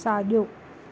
साॼो